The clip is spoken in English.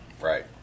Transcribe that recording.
Right